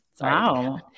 wow